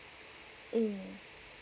mm